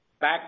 back